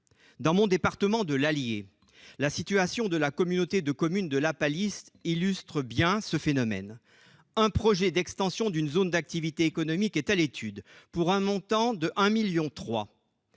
Dans le département dont je suis élu, l'Allier, la situation de la communauté de communes de Lapalisse illustre bien ce phénomène : un projet d'extension d'une zone d'activités économiques est à l'étude, pour un montant de 1,3 million